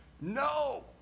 No